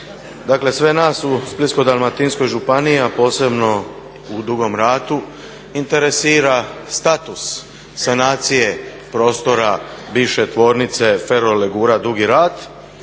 Dakle sve nas u Splitsko-dalmatinskoj županiji, a posebno u Dugom Ratu interesira status sanacije prostora bivše Tvornice Ferolegura Dugi Rat